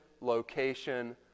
location